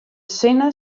sinne